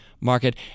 market